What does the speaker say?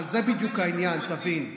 אבל זה בדיוק העניין, תבין.